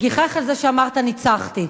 שגיחך על זה שאמרת "ניצחתי".